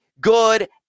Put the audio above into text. good